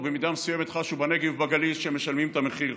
ובמידה מסוימת חשו בנגב ובגליל שהם משלמים את המחיר,